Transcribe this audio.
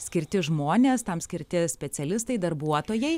skirti žmonės tam skirti specialistai darbuotojai